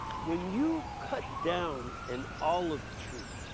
when you cut down an olive tree,